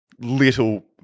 little